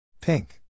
Pink